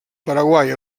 paraguai